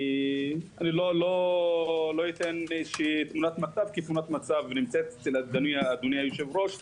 לא אתן תמונת מצב כי תמונת מצב נמצאת אצל אדוני היושב-ראש,